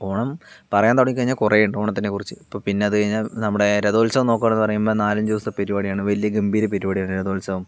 ഓണം പറയാൻ തുടങ്ങി കഴിഞ്ഞാൽ കുറേയുണ്ട് ഓണത്തിനെക്കുറിച്ച് ഇപ്പോൾ പിന്നെ അത് കഴിഞ്ഞാൽ നമ്മുടെ രഥോത്സവം നോക്കാണെന്ന് പറയുമ്പോൾ നാലഞ്ചു ദിവസത്തെ പരിപാടിയാണ് വലിയ ഗംഭീര പരിപാടിയാണ് രഥോത്സവം